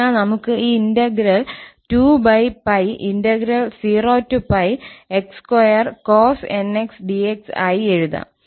അതിനാൽ നമുക്ക് ഈ ഇന്റഗ്രൽ 2π0x2cosnx dx ആയി എഴുതാം